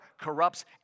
corrupts